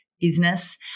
business